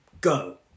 go